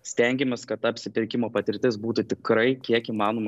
stengiamės kad ta apsipirkimo patirtis būtų tikrai kiek įmanoma